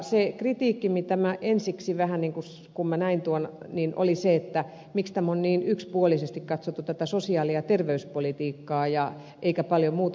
se kritiikki mitä minulla oli ensiksi vähän kun näin tuon oli se miksi on niin yksipuolisesti katsottu tätä sosiaali ja terveyspolitiikkaa eikä paljon muuta